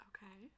Okay